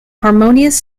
harmonious